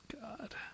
God